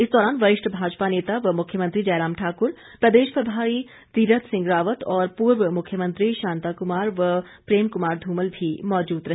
इस दौरान वरिष्ठ भाजपा नेता व मुख्यमंत्री जयराम ठाकुर प्रदेश प्रभारी तीरथ सिंह रावत और पूर्व मुख्यमंत्री शांता कुमार व प्रेम कुमार धूमल भी मौजूद रहे